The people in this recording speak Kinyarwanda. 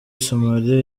somalia